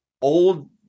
old